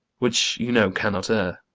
which you know cannot err.